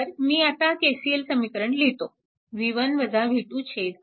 तर मी आता KCL समीकरण लिहितो